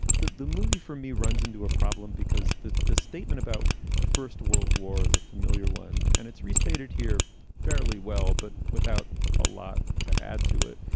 the the movie for me runs into a problem because the the statement about the first world war is a familiar one and it's restated here fairly well, but without a lot to add to it,